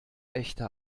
echte